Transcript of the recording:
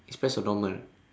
express or normal